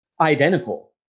identical